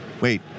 wait